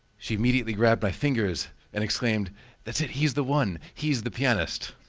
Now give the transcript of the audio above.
she immediately grabbed my fingers and exclaimed that's it, he is the one. he is the pianist.